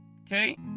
Okay